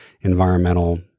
environmental